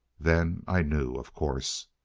then i knew, of course.